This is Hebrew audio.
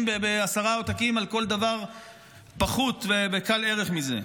בעשרה עותקים על כל דבר פחות וקל ערך מזה?